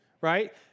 right